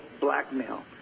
blackmail